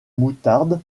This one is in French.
moutarde